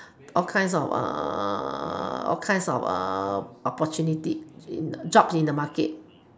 all kinds of all kinds of opportunity jobs in the market